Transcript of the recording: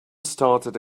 started